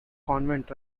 convent